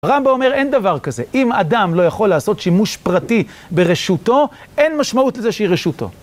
רמב״ם(?) אומר, אין דבר כזה. אם אדם לא יכול לעשות שימוש פרטי ברשותו, אין משמעות לזה שהיא רשותו.